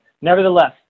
Nevertheless